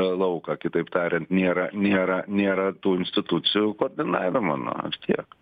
lauką kitaip tariant nėra nėra nėra tų institucijų koordinavimo na ir tiek